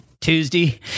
Tuesday